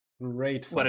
great